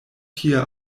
tie